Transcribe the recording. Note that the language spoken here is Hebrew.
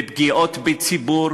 בפגיעות בציבור,